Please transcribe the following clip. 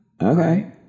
Okay